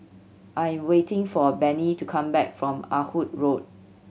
I am waiting for Bennie to come back from Ah Hood Road